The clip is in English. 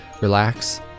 relax